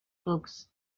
books